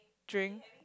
drink